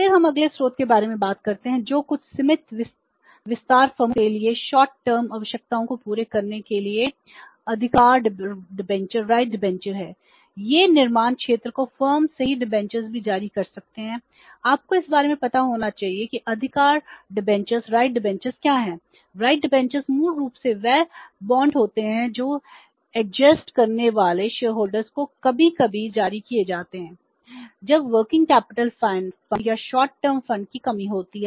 फिर हम अगले स्रोत के बारे में बात करते हैं जो कुछ सीमित विस्तार फर्मों के लिए अल्पकालिक का सहारा ले सकती हैं